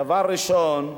דבר ראשון,